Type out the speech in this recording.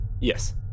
Yes